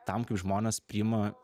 tam kaip žmonės priima